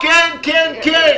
כן, כן, כן.